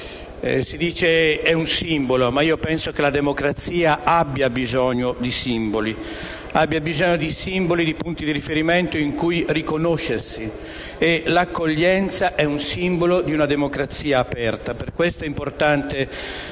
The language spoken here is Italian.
Si è detto che è un simbolo, ma io penso che la democrazia abbia bisogno di simboli e di punti di riferimento in cui riconoscersi e l'accoglienza è un simbolo di una democrazia aperta. Per questo è importante